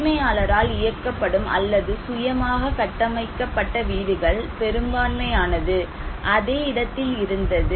உரிமையாளரால் இயக்கப்படும் அல்லது சுயமாக கட்டமைக்கப்பட்ட வீடுகள் பெரும்பான்மையானது அதே இடத்தில் இருந்தது